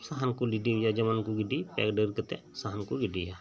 ᱥᱟᱦᱟᱱ ᱠᱚ ᱜᱤᱰᱤ ᱟᱭᱟ ᱡᱮᱢᱚᱱ ᱠᱚ ᱜᱤᱰᱤ ᱮᱠ ᱰᱟᱹᱨ ᱠᱟᱛᱮ ᱥᱟᱦᱟᱱ ᱠᱚ ᱜᱤᱰᱤ ᱟᱭᱟ